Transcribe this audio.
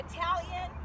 Italian